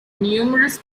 numerous